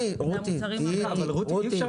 רותי, מה יהיה אפשרי